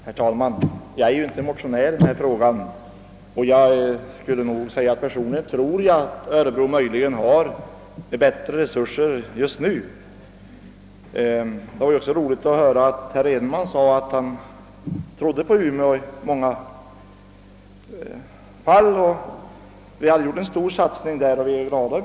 Herr talman! Jag är inte motionär i denna fråga. Personligen tror jag att Örebro just nu har bättre resurser. Det var emellertid roligt att höra herr Edenman säga att han trodde på Umeå i många fall. Vi har där gjort en mycket stor satsning, vilket vi är glada för.